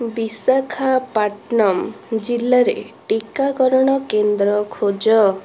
ବିଶାଖାପାଟନମ୍ ଜିଲ୍ଲାରେ ଟିକାକରଣ କେନ୍ଦ୍ର ଖୋଜ